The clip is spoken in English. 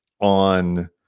on